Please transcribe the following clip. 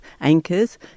anchors